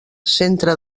centre